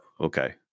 okay